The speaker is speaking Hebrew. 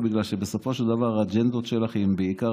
בגלל שבסופו של דבר האג'נדות שלך הן בעיקר